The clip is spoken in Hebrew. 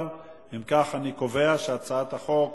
בעד, 15. אם כך, אני קובע שהצעת חוק